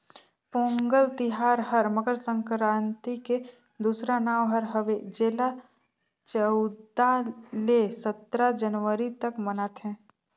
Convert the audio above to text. पोगंल तिहार हर मकर संकरांति के दूसरा नांव हर हवे जेला चउदा ले सतरा जनवरी तक मनाथें